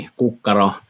kukkaro